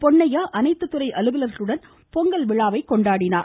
பொன்னையா அனைத்து துறை அலுவலர்களுடன் பொங்கல் விழாவை கொண்டாடினார்